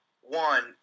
one